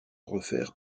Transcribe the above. refaire